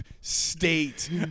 state